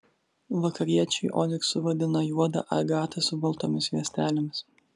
vakariečiai oniksu vadina juodą agatą su baltomis juostelėmis